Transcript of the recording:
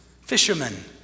Fishermen